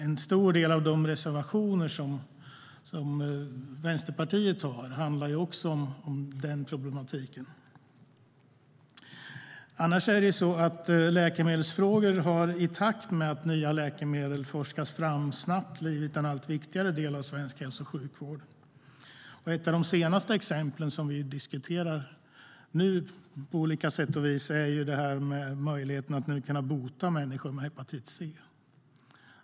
En stor del av Vänsterpartiets reservationer handlar också om den problematiken. Läkemedelsfrågor har, i takt med att nya läkemedel har forskats fram, snabbt blivit en allt viktigare del av svensk hälso och sjukvård. Ett av de senaste exemplen som vi nu diskuterar på olika sätt är möjligheten att bota människor med hepatit C.